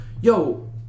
yo